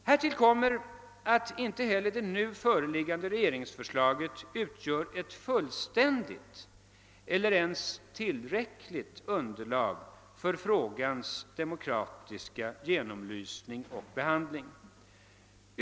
Härtill kommer att inte heller det nu föreliggande regeringsförslaget utgör ett fullständigt eller ens tillräckligt underlag för frågans ekonomiska genomlysning och behandling.